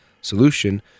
solution